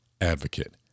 Advocate